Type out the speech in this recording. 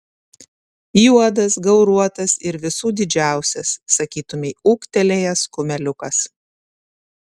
juodas gauruotas ir visų didžiausias sakytumei ūgtelėjęs kumeliukas